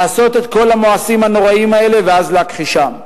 לעשות את כל המעשים הנוראיים האלה ואז להכחישם.